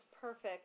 perfect